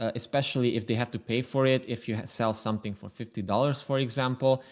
ah especially if they have to pay for it. if you sell something for fifty dollars, for example,